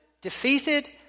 defeated